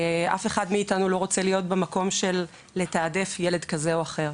אף אחד לא רוצה להיות במקום של תעדוף ילד כזה או אחר.